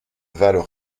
valent